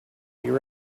you